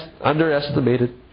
underestimated